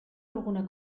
alguna